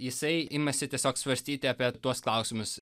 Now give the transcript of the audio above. jisai imasi tiesiog svarstyti apie tuos klausimus